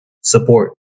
support